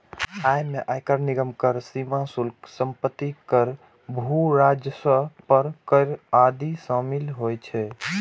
अय मे आयकर, निगम कर, सीमा शुल्क, संपत्ति कर, भू राजस्व पर कर आदि शामिल होइ छै